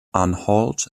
anhalt